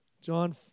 John